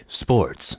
sports